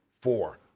four